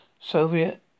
Soviet